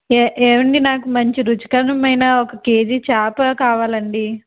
ఏ ఏవండి నాకు మంచి రుచికరమైన ఒక కేజీ చేప కావాలండి